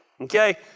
Okay